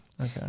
Okay